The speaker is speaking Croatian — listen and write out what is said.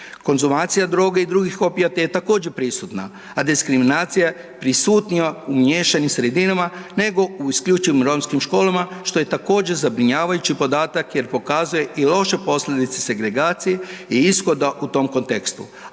Konzumacije droge i drugih opijata je također prisutna, a diskriminacija prisutnija u miješanim sredinama, nego u isključivim romskim školama što je također zabrinjavajući podatak jer pokazuje i loše posljedice segregacije i ishoda u tom kontekstu,